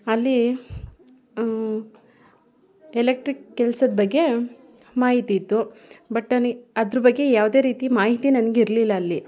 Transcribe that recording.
ಅಲ್ಲಿ ಎಲೆಕ್ಟ್ರಿಕ್ ಕೆಲ್ಸದ ಬಗ್ಗೆ ಮಾಹಿತಿ ಇತ್ತು ಬಟ್ ನನಿ ಅದ್ರ ಬಗ್ಗೆ ಯಾವುದೇ ರೀತಿ ಮಾಹಿತಿ ನನ್ಗೆ ಇರಲಿಲ್ಲ ಅಲ್ಲಿ